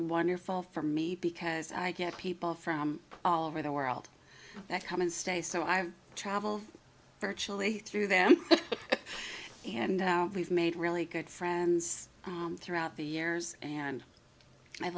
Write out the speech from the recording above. wonderful for me because i get people from all over the world that come and stay so i travel virtually through them and we've made really good friends throughout the years and i